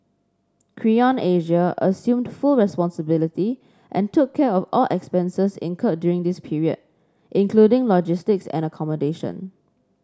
Creon Asia assumed full responsibility and took care of all expenses incurred during this period including logistics and accommodation